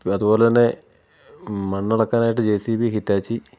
വെ അതുപോലെതന്നെ മണ്ണിളക്കാനായിട്ട് ജെ സി ബി ഹിറ്റാച്ചി